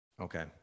okay